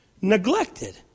neglected